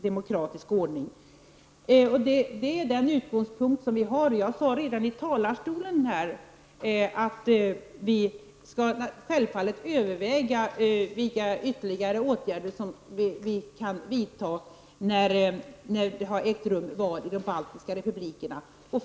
Detta är vår utgångspunkt. Jag sade redan i mitt anförande nyss, att vi självfallet skall överväga vilka ytterligare åtgärder som vi bör vidta när valen i de baltiska republikerna ägt rum.